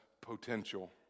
potential